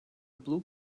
blue